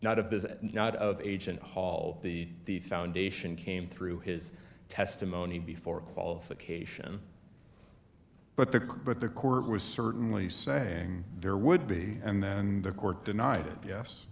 this not of agent hall the foundation came through his testimony before qualification but the but the court was certainly saying there would be and then the court denied